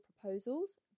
proposals